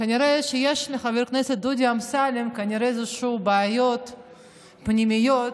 כנראה לחבר הכנסת דודי אמסלם יש בעיות פנימיות.